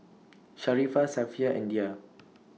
Sharifah Safiya and Dhia